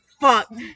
fuck